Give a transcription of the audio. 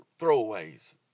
throwaways